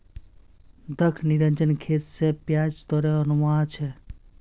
दख निरंजन खेत स प्याज तोड़े आनवा छै